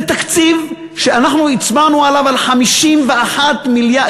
זה תקציב שאנחנו הצבענו עליו על 51 מיליארד,